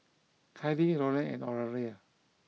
Kylie Loren and Oralia